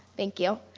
thank you,